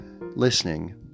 listening